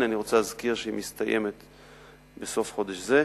אני רוצה להזכיר שהיא מסתיימת בסוף חודש זה.